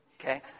Okay